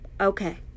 Okay